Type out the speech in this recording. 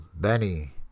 Benny